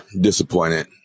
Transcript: disappointed